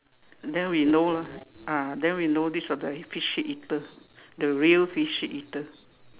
then we know lah ah then we know this were the fish head eater the real fish head eater